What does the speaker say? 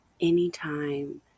anytime